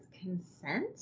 consent